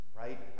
right